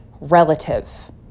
relative